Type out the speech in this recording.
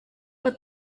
but